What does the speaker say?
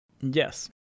Yes